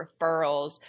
referrals